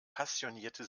passionierte